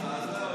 אני יוצא.